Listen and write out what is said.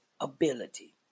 ability